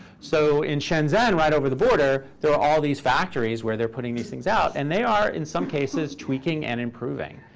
so in shenzhen, right over the border, there are all these factories where they're putting these things out. and they are, in some cases, tweaking and improving.